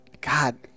God